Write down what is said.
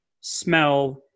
smell